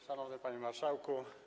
Szanowny Panie Marszałku!